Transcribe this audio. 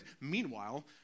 meanwhile